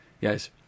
yes